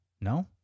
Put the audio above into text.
No